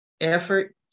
effort